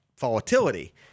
volatility